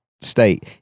state